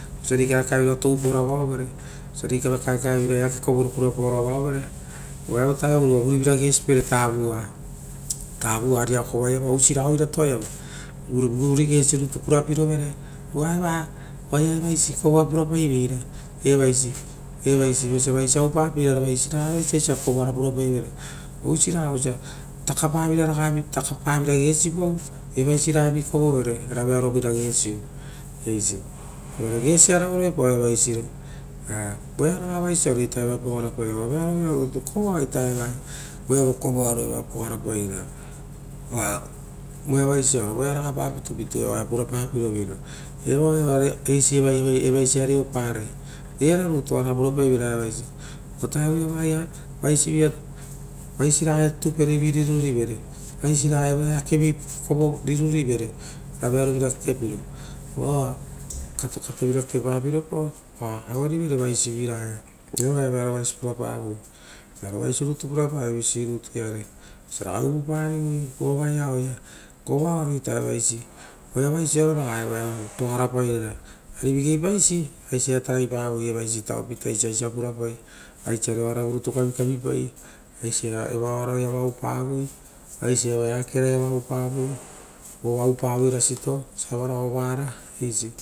Vosia rei kaekae vira toupaoro aiao vere oo rei kaekae vira eake kovoro purapaoro avaovere uva evo taevuro uva vurivira gesipere tavuai, tavua riakova iava ura oisi raga oiratoa iava oire uva vurigesi rutu purapirovere, uiaeva ora ia kovoara pura paiveira evaisi, evaisi, evaisi vosia vaisiraga evoisi aisiaia kovoarapura paivera, takapavira gesipa ra evaisiraga vi kovovere, ra veavovira gesiu, uvare eisi iu, uvare gesiara ara vasiaro voearaga voreavoia pogara pairara ora voea vokovoaro evoia pogara pairara oaiava osioa voia ragapa pitupitu eva oa purapa pi roveira. Oaeva oaia eisi evaisiia reo parai evara rutu oara pura paiveira evaisi ovutaro vuia vaisi ragaia totoperi rirurivere oo vaisiragaia eakevi rirurivere ra vearovira kekepiro vao oa katokato vira kekepaviropao oa auerivere vaisiviraga ia. Eva oaia vearovaisi purapavoi, vearo vaisi rutu purapavoi visi rutu iare vosia ragai uvupa rivo pao vo ovaeaia kovoaaro ita evaisi, uva evaisi raga evo ia pogara pairara, evasi, evasi ita opita isi aisia re kavikavipai, aisire evaoara rutu kavikavipai, vova oupavo rasito ora ovaara.